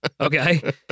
Okay